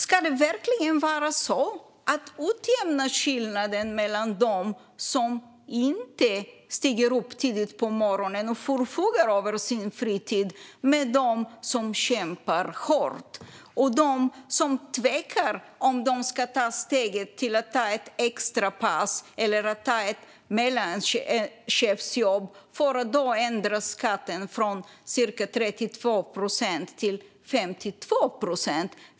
Ska det verkligen vara så att man utjämnar skillnaden mellan dem som inte stiger upp tidigt på morgonen och som förfogar över sin fritid och dem som kämpar hårt och tvekar om de ska ta steget till att ta ett extra pass eller ett mellanchefsjobb för att skatten då ändras från cirka 32 procent till 52 procent?